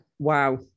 Wow